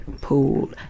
pool